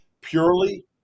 purely